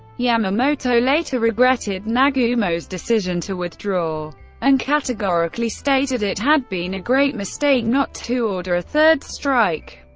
yamamoto later regretted nagumo's decision to withdraw and categorically stated it had been a great mistake not to order a third strike.